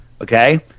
Okay